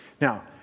Now